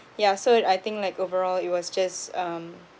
yeah so I think like overall it was just um